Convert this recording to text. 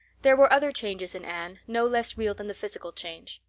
there were other changes in anne no less real than the physical change.